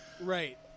right